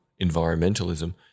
environmentalism